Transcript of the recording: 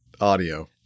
audio